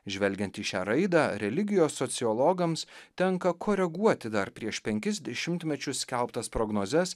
žvelgiant į šią raidą religijos sociologams tenka koreguoti dar prieš penkis dešimtmečius skelbtas prognozes